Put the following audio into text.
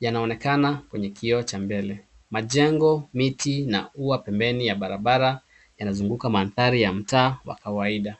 yanaonekana kwenye kioo cha mbele. Majengo, miti na ua pembeni ya barabara yanazunguka mandhari ya mtaa wa kawaida.